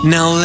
Now